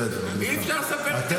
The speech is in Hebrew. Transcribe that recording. צאו מהממשלה --- אנחנו אשמים,